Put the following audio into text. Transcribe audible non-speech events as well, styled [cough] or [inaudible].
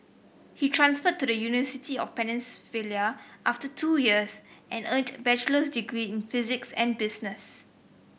he transferred to the University of [unintelligible] after two years and earned bachelor's degrees in physics and business